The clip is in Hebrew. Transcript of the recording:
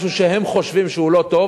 משהו שהם חושבים שהוא לא טוב,